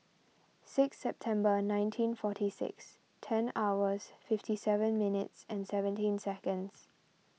six September nineteen forty six ten hours fifty seven minutes and seventeen seconds